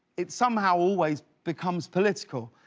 it somehow always becomes political.